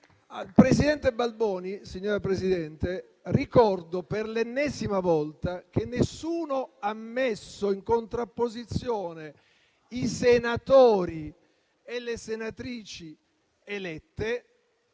presidente Balboni, signora Presidente, ricordo per l'ennesima volta che nessuno ha messo in contrapposizione i senatori e le senatrici elette